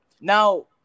now